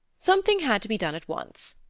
something had to be done at once,